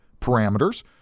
parameters